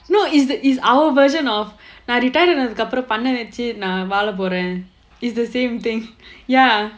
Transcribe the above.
no is that is our version of நான்:naan retired ஆனதுக்கு அப்புறம் நான் பணம் வச்சு நான் வாழ போறேன்:aanathukku appuram naan panam vachu naan vazha poraen is the same thing ya